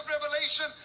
revelation